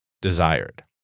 desired